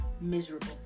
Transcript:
miserable